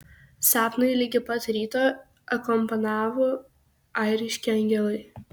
sapnui ligi pat ryto akompanavo airiški angelai